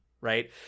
right